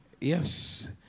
Yes